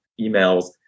emails